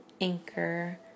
Anchor